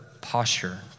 posture